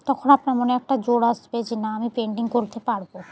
তখন আপনার মনে একটা জোর আসবে যে না আমি পেইন্টিং করতে পারব